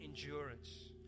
endurance